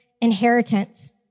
inheritance